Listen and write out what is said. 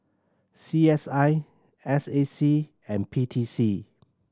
C S I S A C and P T C